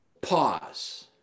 Pause